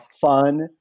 fun